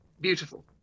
beautiful